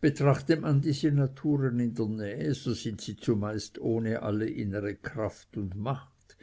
betrachtet man diese naturen in der nähe so sind sie zumeist ohne alle innere kraft und macht